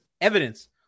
evidence